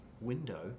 window